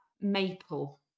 maple